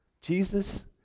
Jesus